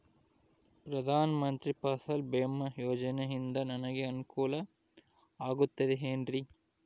ಪ್ರಧಾನ ಮಂತ್ರಿ ಫಸಲ್ ಭೇಮಾ ಯೋಜನೆಯಿಂದ ನನಗೆ ಅನುಕೂಲ ಆಗುತ್ತದೆ ಎನ್ರಿ?